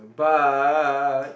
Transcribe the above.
but